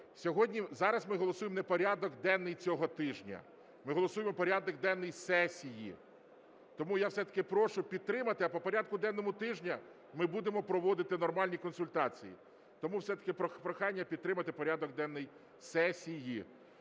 Зараз ми голосуємо не порядок денний цього тижня – ми голосуємо порядок денний сесії. Тому я все-таки прошу підтримати, а по порядку денному тижня ми будемо проводити нормальні консультації. Тому все-таки прохання підтримати порядок денний сесії.